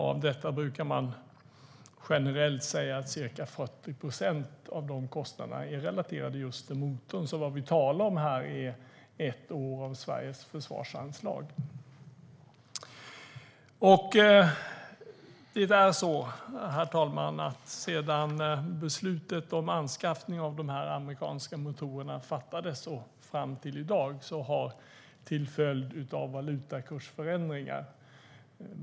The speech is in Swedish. Av detta brukar man generellt säga att ca 40 procent är relaterade just till motorn. Vad vi talar om här är alltså ett år av Sveriges försvarsanslag. Sedan beslutet om anskaffning av de amerikanska motorerna fattades och fram till i dag har valutakursen förändrats kraftigt.